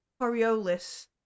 Coriolis